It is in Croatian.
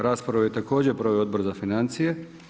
Raspravu je također proveo Odbor za financije.